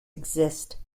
exist